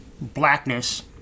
blackness